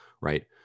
right